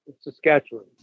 Saskatchewan